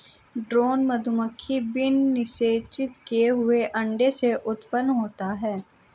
drone मधुमक्खी बिना निषेचित किए हुए अंडे से उत्पन्न होता है